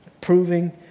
proving